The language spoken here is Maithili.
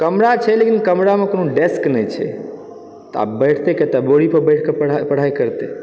कमरा छै लेकिन कमरामे कोनो डेस्क नहि छै तऽ बैठतै कतऽ बोरीपर बैसिकऽ पढ़ाई करतै